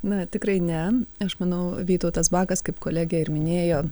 na tikrai ne aš manau vytautas bakas kaip kolegė ir minėjo